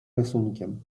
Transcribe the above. rysunkiem